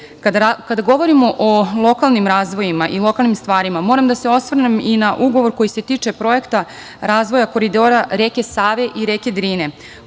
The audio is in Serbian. govorimo o lokalnim razvojima i lokalnim stvarima, moram da se osvrnem i na ugovor koji se tiče projekta razvoja koridora reke Save i reke Drine,